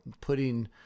putting